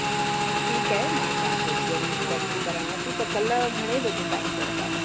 अच्छा अच्छा ठीकु आहे मां तव्हांखे ज़रूरु पैंकिंग करायां थी त कल्ह घणे बजे ताईं चओ थी